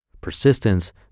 Persistence